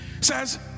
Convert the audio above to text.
says